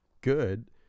good